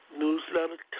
newsletter